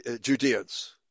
Judeans